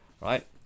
right